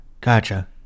gotcha